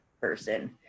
person